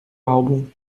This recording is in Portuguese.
álbum